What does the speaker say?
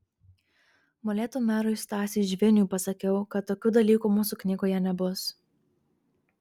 molėtų merui stasiui žviniui pasakiau kad tokių dalykų mūsų knygoje nebus